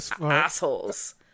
assholes